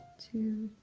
two.